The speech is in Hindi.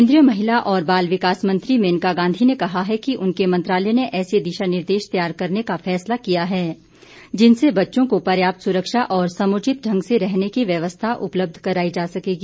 केंद्रीय महिला और बाल विकास मंत्री मेनका गांधी ने कहा है कि उनके मंत्रालय ने ऐसे दिशा निर्देश तैयार करने का फैसला किया है जिनसे बच्चों को पर्याप्त सुरक्षा और समुचित ढंग से रहने की व्यवस्था उपलब्ध कराई सकेगी